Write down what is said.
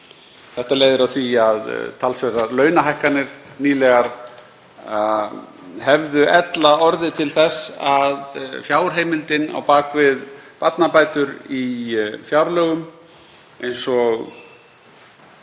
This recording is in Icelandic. Þetta leiðir af því að talsverðar nýlegar launahækkanir hefðu ella orðið til þess að fjárheimildin á bak við barnabætur í fjárlögum, eins og